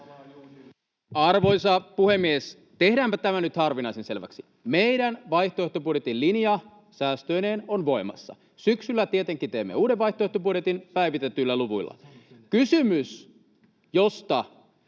Arvoisa puhemies! Tehdäänpä tämä nyt harvinaisen selväksi. Meidän vaihtoehtobudjettimme linja säästöineen on voimassa. Syksyllä tietenkin teemme uuden vaihtoehtobudjetin päivitetyillä luvuilla. Kysymys, josta